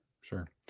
sure